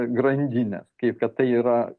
grandines kaip kad tai yra